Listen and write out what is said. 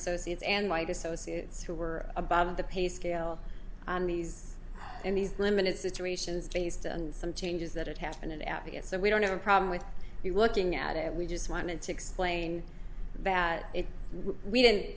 associates and white associates who were above the pay scale and these and these limited situations based on some changes that had happened it out yet so we don't have a problem with it looking at it we just wanted to explain that if we did